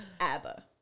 ABBA